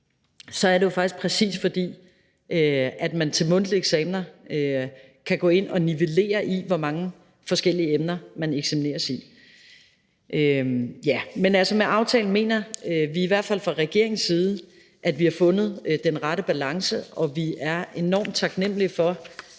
at det faktisk netop er, ved at man til de mundtlige eksamener kan gå ind at justere, hvor mange forskellige emner der eksamineres i. Men med aftalen mener vi i hvert fald fra regeringens side at vi har fundet den rette balance, og vi er enormt taknemlige for,